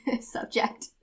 subject